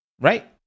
right